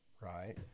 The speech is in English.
right